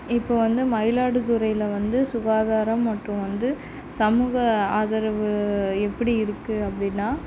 இப்போ வந்து மயிலாடுதுறையில் வந்து சுகாதாரம் மற்றும் வந்து சமூக ஆதரவு எப்படி இருக்கு அப்படின்னா